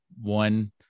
one